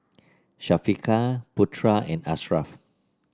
Syafiqah Putera and Ashraf